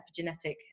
epigenetic